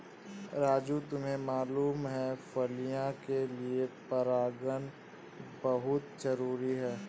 राजू तुम्हें मालूम है फलियां के लिए परागन बहुत जरूरी है